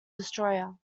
destroyer